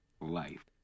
life